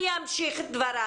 אני אמשיך את דבריי.